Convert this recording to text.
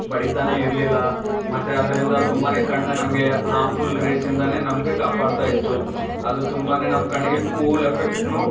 ಬಡಿತಾನೇ ಇರಲಿಲ್ಲಾ ಮತ್ತು ಅದರಿಂದ ತುಂಬಾ ಕಣ್ಣು ನಮಗೆ ಹಾರ್ಮ್ ಫುಲ್ ರೇಸ್ ಇಂದಾ ನಮಗೆ ಕಾಪಾಡ್ತ ಇತ್ತು ಅದು ತುಂಬಾ ನಮ್ಮ ಕಣ್ಣಿಗೆ ಕೂಲ್ ಎಫೆಕ್ಟ್ನು